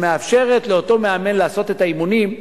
שמאפשרת לאותו מאמן לעשות את האימונים,